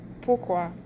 pourquoi